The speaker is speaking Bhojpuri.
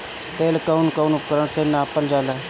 तेल कउन कउन उपकरण से नापल जाला?